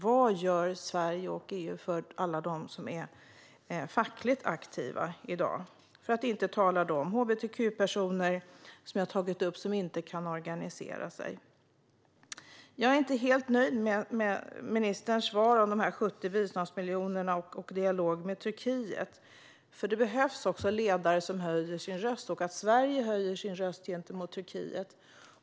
Vad gör Sverige och EU för alla dem som är fackligt aktiva i dag? För att inte tala om hbtq-personer som inte kan organisera sig. Jag är inte helt nöjd med ministerns svar om de 70 biståndsmiljonerna och dialogen med Turkiet, för det behövs också ledare som höjer sin röst. Sverige behöver höja sin röst gentemot Turkiet.